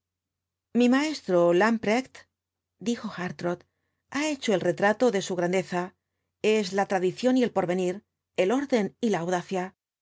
mi maestro lamprecht dijo hartrott ha hecho el retrato de su grandeza es la tradición y el porvenir el orden y la audacia